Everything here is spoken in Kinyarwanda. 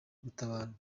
gutabarwa